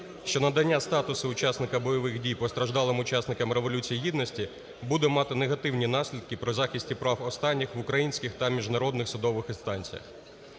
що надання статусу учасника бойових дій постраждалим учасникам Революції Гідності буде мати негативні наслідки при захисті прав останніх в українських та міжнародних судових інстанціях.